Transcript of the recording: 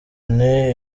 nti